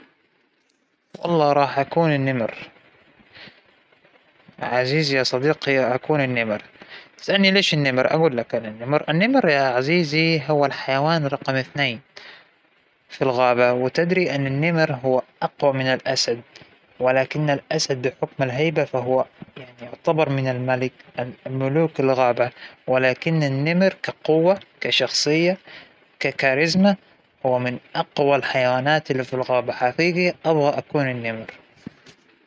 أكيد بنسبة مية فى المية راح اختارك أكون ثعلب ،لأني منبهرة بالثعالب، تخيل يكون عندك إستطاعة تكون مكار وذكي وفي نفس الوقت مانك خبيث، لأن الفرق بين المكر والخبث زى شعره ها، فيك تكون جد مكار وجد ذكي، وتخطط وتساي وإنك ماحد يعرفك، أوف والله عجبني الفكرة.